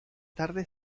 tarde